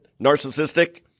narcissistic